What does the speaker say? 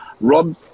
Rob